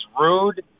rude